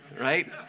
right